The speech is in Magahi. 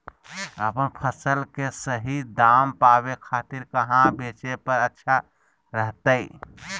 अपन फसल के सही दाम पावे खातिर कहां बेचे पर अच्छा रहतय?